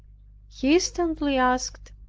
he instantly asked,